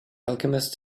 alchemist